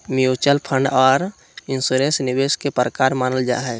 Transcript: mutual fund आर insurance निवेश के प्रकार मानल जा हय